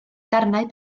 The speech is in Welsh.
darnau